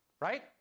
right